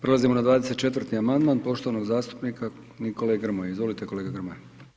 Prelazimo na 24. amandman poštovanog zastupnika Nikole Grmoje, izvolite kolega Grmoja.